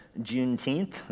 Juneteenth